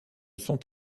sont